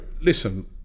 listen